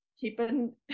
keeping